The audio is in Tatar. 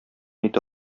ите